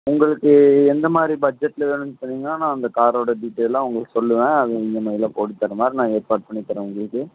உங்களுக்கு எந்தமாதிரி பட்ஜெட்டில் வேணும்னு சொன்னீங்கன்னால் நான் அந்த காரோடய டீட்டைல்லாம் உங்களுக்கு சொல்லுவேன் அது இஎம்ஐயில் போட்டு தரமாதிரி நான் ஏற்பாடு பண்ணித்தரேன் உங்களுக்கு